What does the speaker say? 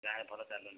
ଗାଁରେ ଭଲ ଚାଲୁନି